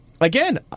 again